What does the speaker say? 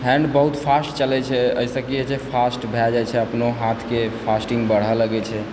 hand बहुत fast चलय छै जाहिसँ कि की होइ छै फास्ट भए जाइ छै अपनो हाथके फास्टिंग बढ़ऽ लगैत छै